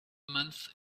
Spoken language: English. month